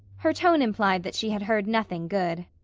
her tone implied that she had heard nothing good.